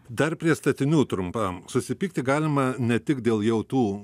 dar prie statinių trumpam susipykti galima ne tik dėl jau tų